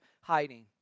hiding